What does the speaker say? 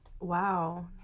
Wow